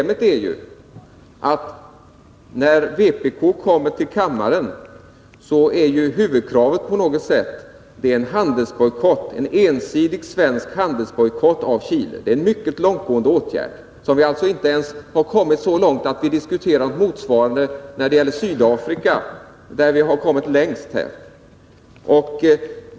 Men när vpk kommer till kammaren är huvudkravet en ensidig svensk handelsbojkott av Chile. Det är en mycket långtgående åtgärd. Vi har inte ens kommit så långt att vi diskuterar motsvarande när det gäller Sydafrika. Där har vi ändå nått längst i detta avseende.